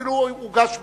אפילו הוגש בג"ץ.